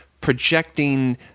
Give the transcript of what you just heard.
projecting